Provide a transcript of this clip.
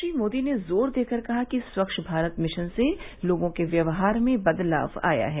श्री मोदी ने जोर देकर कहा कि स्वच्छ भारत मिशन से लोगों के व्यवहार में बदलाव आया है